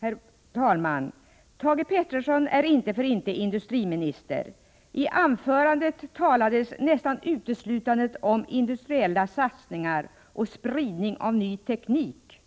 Herr talman! Thage Peterson är inte för inte industriminister. I sitt anförande talade han nästan uteslutande om industriella satsningar och spridning av ny teknik.